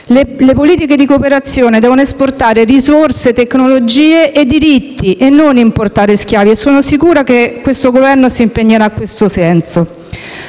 Le politiche di cooperazione devono esportare risorse, tecnologie e diritti e non importare schiavi e sono sicura che questo Governo si impegnerà in tal senso.